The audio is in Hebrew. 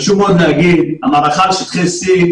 חשוב מאוד להגיד: המערכה על שטחי C,